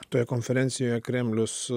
toje konferencijoje kremlius